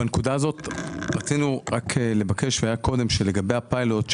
בנקודה הזאת רצינו רק לבקש שלגבי הפיילוט,